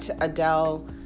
Adele